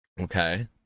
Okay